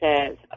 says